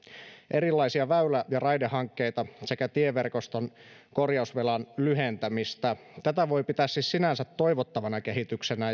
erilaisia väylä ja raidehankkeita sekä tieverkoston korjausvelan lyhentämistä tätä voi pitää siis sinänsä toivottavana kehityksenä